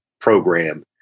program